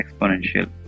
exponential